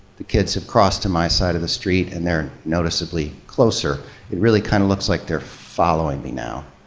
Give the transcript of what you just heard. the kids have crossed to my side of the street and they're noticeably closer. it really kind of looks like they're following me now.